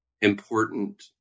important